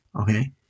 Okay